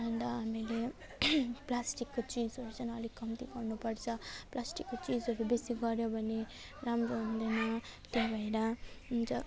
अन्त हामीले प्लास्टिकको चिजहरू चाहिँ अलिक कम्ती गर्नु पर्छ प्लास्टिकको चिजहरू बेसी गर्यो भने राम्रो हुँदैन त्यही भएर हुन्छ